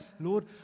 Lord